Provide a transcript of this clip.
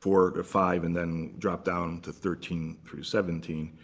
four to five, and then drop down to thirteen through seventeen.